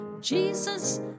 Jesus